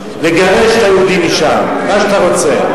למסור, לגרש את היהודים משם, מה שאתה רוצה.